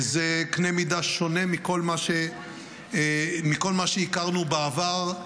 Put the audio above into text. זה קנה מידה שונה מכל מה שהכרנו בעבר,